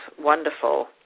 wonderful